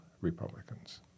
Republicans